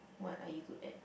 what are you good at